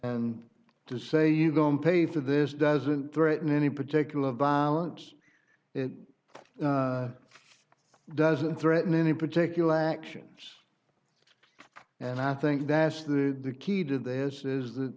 and to say you don't pay for this doesn't threaten any particular bounce it doesn't threaten any particular actions and i think that's the key to this is th